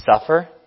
suffer